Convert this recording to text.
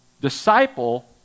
Disciple